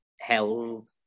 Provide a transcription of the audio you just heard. held